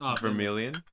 Vermilion